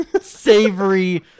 savory